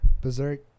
Berserk